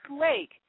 Lake